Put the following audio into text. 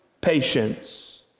patience